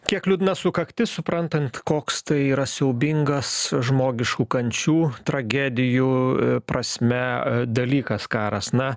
kiek liūdna sukaktis suprantant koks tai yra siaubingas žmogiškų kančių tragedijų prasme dalykas karas na